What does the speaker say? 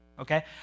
okay